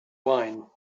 wine